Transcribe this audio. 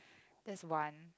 that's one